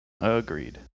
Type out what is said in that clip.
Agreed